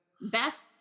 Best